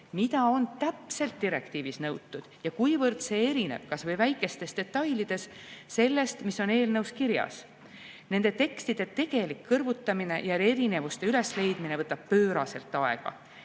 mida on täpselt direktiivis nõutud ja kuivõrd see erineb, kas või väikestes detailides, sellest, mis on eelnõus kirjas? Nende tekstide tegelik kõrvutamine ja erinevuste üles leidmine võtab pööraselt aega.